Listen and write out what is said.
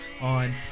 on